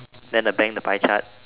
then the bank the pie chart